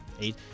Eight